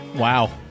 Wow